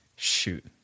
Shoot